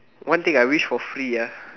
one thing I wish for free ah